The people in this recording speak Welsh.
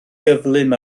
gyflym